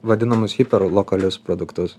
vadinamus hiper lokalius produktus